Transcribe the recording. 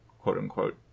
quote-unquote